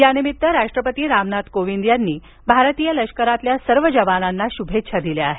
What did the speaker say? यानिमित्त राष्ट्रपती रामनाथ कोविंद यांनी भारतीय लष्करातील सर्व जवानांना शुभेच्छा दिल्या आहेत